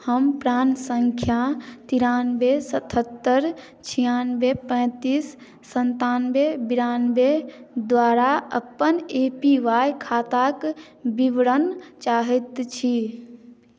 हम प्राण सङ्ख्या तिरानबे सतहत्तरि छियानबे पैंतीस सन्तानबे बिरानबे द्वारा अपन ए पी वाइ खाताक विवरण चाहैत छी